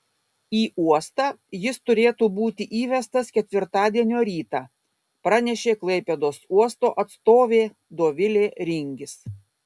į uostą jis turėtų būti įvestas ketvirtadienio rytą pranešė klaipėdos uosto atstovė dovilė ringis